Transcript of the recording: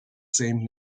same